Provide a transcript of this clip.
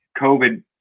COVID